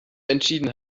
entschieden